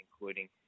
including